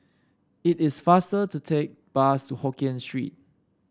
it is faster to take the bus to Hokien Street